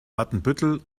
watenbüttel